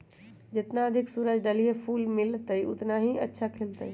जितना अधिक सूरज डाहलिया के फूल मिलतय, उतना ही अच्छा खिलतय